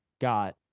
got